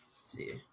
see